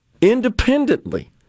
independently